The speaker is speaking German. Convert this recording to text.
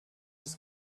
des